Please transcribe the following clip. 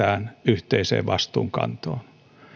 tarvittaessa kyetään yhteiseen vastuunkantoon